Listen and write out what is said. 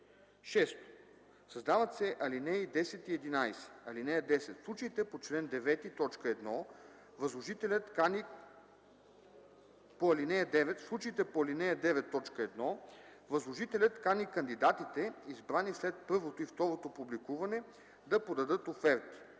6. Създават се ал. 10 и 11: „(10) В случаите по ал. 9, т. 1 възложителят кани кандидатите, избрани след първото и второто публикуване, да подадат оферти.